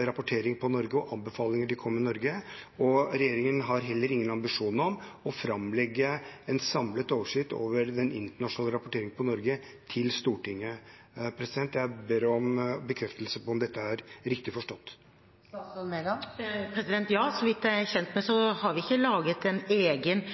rapportering på Norge og anbefalinger de kommer med til Norge. Og regjeringen har heller ingen ambisjon om å framlegge en samlet oversikt over den internasjonale rapporteringen på Norge til Stortinget. Jeg ber om bekreftelse på om dette er riktig forstått. Så vidt jeg er kjent med, har vi ikke laget en egen